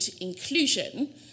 inclusion